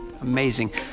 Amazing